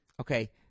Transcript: okay